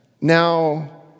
now